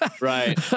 right